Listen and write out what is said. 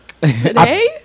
Today